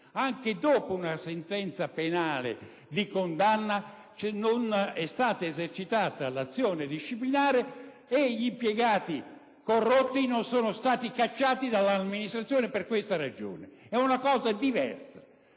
ci siamo lamentati di questo), è stata esercitata l'azione disciplinare e gli impiegati corrotti non sono stati cacciati dall'amministrazione, per questa ragione. È una cosa diversa,